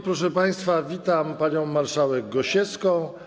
Proszę państwa, witam panią marszałek Gosiewską.